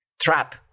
trap